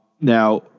Now